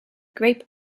grape